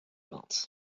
vingt